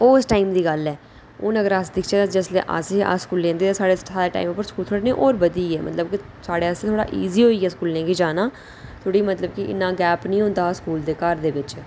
एह् उस टाइम दी गल्ल ऐ हून अगर अस दिखचै ते साढे़ टाइम पर स्कूल थोह्ड़े होर बधी गे साढ़े अस्तै थोह्डा इज़ी होई गेआ स्कूलें जाना इन्ना गैप निं होंदा स्कूल ते घर दे बिच